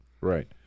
Right